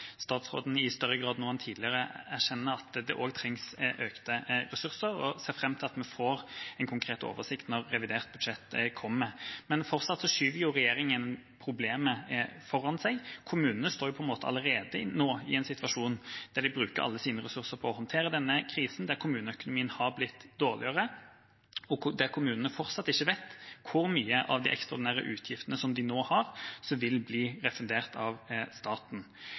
statsråden i mye større grad nå enn tidligere erkjenner at det også trengs økte ressurser, og ser fram til at vi får en konkret oversikt når revidert budsjett kommer. Men fortsatt skyver regjeringa problemet foran seg. Kommunene står jo på en måte allerede nå i en situasjon der de bruker alle sine ressurser på å håndtere denne krisen, der kommuneøkonomien har blitt dårligere, og der kommunene fortsatt ikke vet hvor mye av de ekstraordinære utgiftene de nå har, som vil bli refundert av staten.